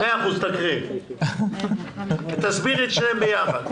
תקראי ותסבירי את שניהם ביחד.